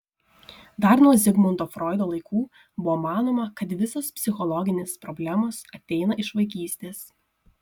dar nuo zigmundo froido laikų buvo manoma kad visos psichologinės problemos ateina iš vaikystės